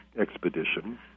expedition